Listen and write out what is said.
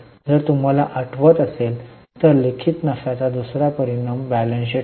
जर तुम्हाला आठवत असेल तर लिखित नफ्याचा दुसरा परिणाम ताळेबंदात आहे